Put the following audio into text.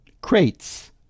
crates